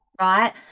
right